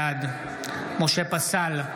בעד משה פסל,